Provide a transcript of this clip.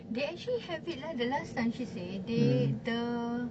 they actually have it leh the last time she say they the